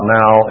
now